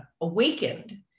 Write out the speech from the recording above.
awakened